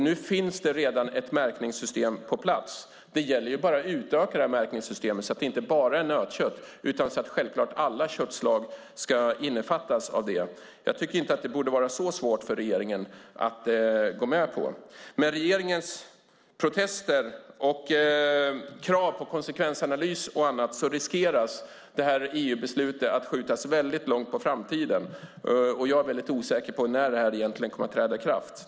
Nu finns redan ett märkningssystem på plats, och det gäller att utöka märkningssystemet så att inte bara nötkött utan självklart alla köttslag ska innefattas av systemet. Det borde inte vara så svårt för regeringen att gå med på detta. Med regeringens protester och krav på konsekvensanalys riskerar EU-beslutet att skjutas långt på framtiden. Jag är osäker på när kravet kommer att träda i kraft.